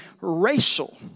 racial